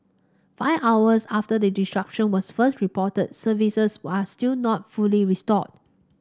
five hours after the disruption was first reported services are still not fully restored